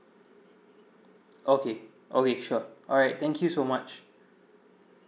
okay okay sure alright thank you so much